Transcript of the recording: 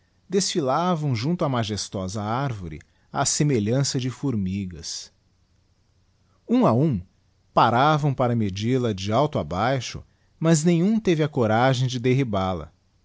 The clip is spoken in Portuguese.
desfilavam junto á majestosa arvore á semelhança de formigas um a um paravam para medil a de alto a baixo mas nenhum teve a coragem de derribal a